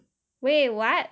wait what